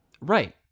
Right